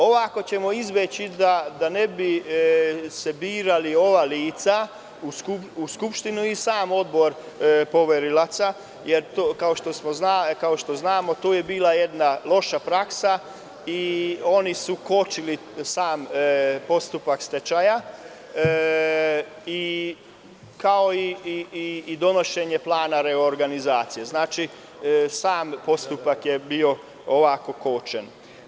Ovako ćemo izbeći, da se ne bi birala ova lica u Skupštini i sam Odbor poverilaca, jer kao što znamo to je bila jedna loša praksa i oni su kočili sam postupak stečaja i kao i donošenje plana reorganizacije, znači sam postupak je bio ovako kočen.